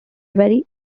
very